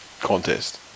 contest